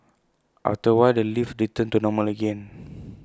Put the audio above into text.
after A while the lift returned to normal again